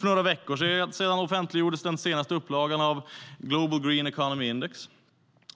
För några veckor sedan offentliggjordes den senaste upplagan av Global Green Economy Index.